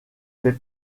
fait